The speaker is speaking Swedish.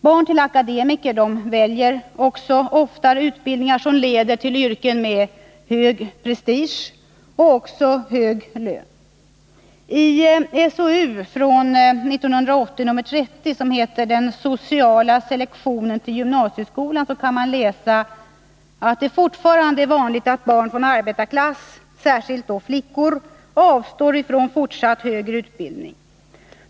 Barn till akademiker väljer ofta utbildningar som leder till yrken med hög prestige och hög lön. I SOU 1980:30, Den sociala selektionen till gymnasiestadiet, kan man läsa att det fortfarande är vanligt att barn från arbetarklassen, särskilt då flickor, avstår från fortsatt högre utbildning.